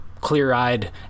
clear-eyed